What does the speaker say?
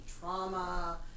trauma